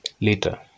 later